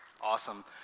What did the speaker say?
Awesome